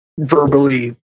verbally